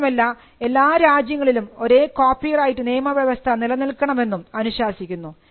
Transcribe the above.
മാത്രമല്ല എല്ലാ രാജ്യങ്ങളിലും ഒരേ കോപ്പിറൈറ് നിയമവ്യവസ്ഥ നിലനിൽക്കണമെന്നും അനുശാസിക്കുന്നു